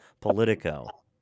Politico